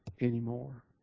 anymore